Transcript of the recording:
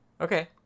Okay